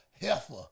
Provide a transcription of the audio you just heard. Heifer